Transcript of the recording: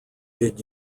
did